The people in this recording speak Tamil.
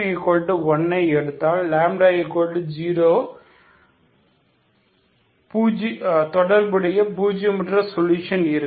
c21 ஐ எடுத்தால் λ0 க்கு தொடர்புடைய பூஜியமற்ற சொல்யூஷன் இருக்கும்